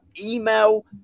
email